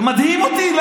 זה מדהים אותי.